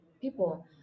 people